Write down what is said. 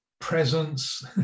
presence